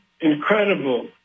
incredible